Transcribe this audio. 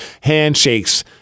handshakes